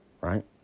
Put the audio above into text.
right